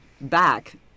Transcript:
back